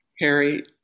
Harry